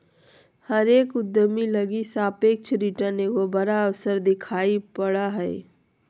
हरेक उद्यमी लगी सापेक्ष रिटर्न एगो बड़ा अवसर दिखाई पड़ा हइ